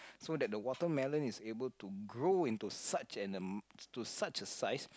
so that the watermelon is able to grow into such an ama~ to such a size